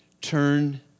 turn